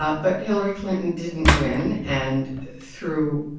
ah but hillary clinton didn't win. and through